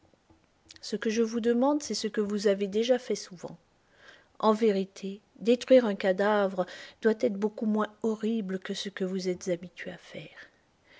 ce que je vous demande c'est ce que vous avez déjà fait souvent en vérité détruire un cadavre doit être beaucoup moins horrible que ce que vous êtes habitué à faire